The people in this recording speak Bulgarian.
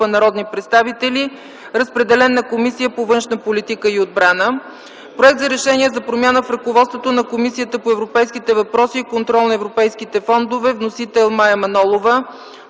народни представители. Разпределен е на Комисията по външна политика и отбрана. Проект за решение за промяна в ръководството на Комисията по европейските въпроси и контрол на европейските фондове. Вносител – Мая Манолова.